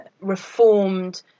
reformed